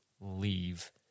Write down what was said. leave